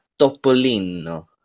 Topolino